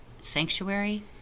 sanctuary